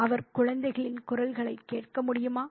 "அவர் குழந்தைகளின் குரல்களைக் கேட்க முடியுமா